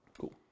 Cool